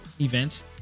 events